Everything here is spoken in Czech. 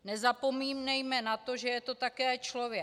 Nezapomínejme na to, že je to také člověk.